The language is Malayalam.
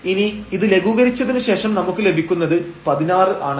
ഇനി ഇത് ലഘൂകരിച്ചതിനു ശേഷം നമുക്ക് ലഭിക്കുന്നത് 16 ആണ്